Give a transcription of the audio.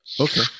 Okay